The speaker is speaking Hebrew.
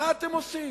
מה אתם עושים?